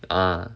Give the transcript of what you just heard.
ah